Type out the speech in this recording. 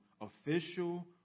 official